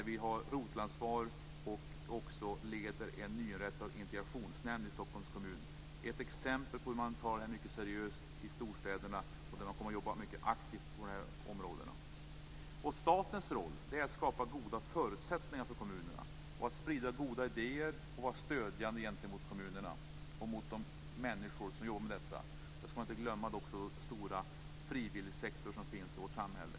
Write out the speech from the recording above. Vi har rotelansvar och leder en nyinrättad integrationsnämnd i Stockholms kommun. Detta är ett exempel på hur man tar det här mycket seriöst i storstäderna, och man kommer att jobba mycket aktivt inom de här områdena. Statens roll är att skapa goda förutsättningar för kommunerna, att sprida goda idéer och att stödja kommunerna och de människor som jobbar med detta. Man skall inte heller glömma den stora frivilligsektor som finns i vårt samhälle.